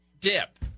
Dip